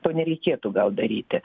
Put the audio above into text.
to nereikėtų gal daryti